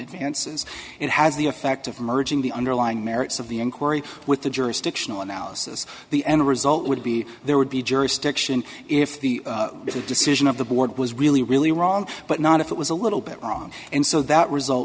advances it has the effect of merging the underlying merits of the inquiry with the jurisdictional analysis the end result would be there would be jurisdiction if the decision of the board was really really wrong but not if it was a little bit wrong and so that result